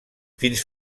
fins